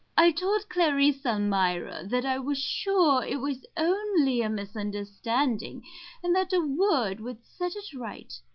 i told clarice almira that i was sure it was only a misunderstanding and that a word would set it right.